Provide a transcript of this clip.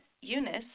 Eunice